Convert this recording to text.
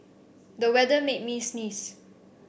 the weather made me sneeze